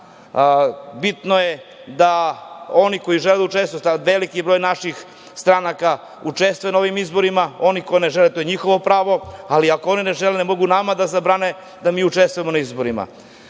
bitno je da oni koji žele da učestvuju, veliki broj naših stranaka učestvuje na ovim izborima, oni koji ne žele to je njihovo pravo. Ali, ako oni ne žele, ne mogu nama da zabrane da mi učestvujemo na izborima. Sada